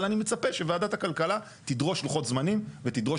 אבל אני מצפה שוועדת הכלכלה תדרוש לוחות זמנים ותדרוש